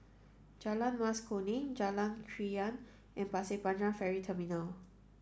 Jalan Mas Kuning Jalan Krian and Pasir Panjang Ferry Terminal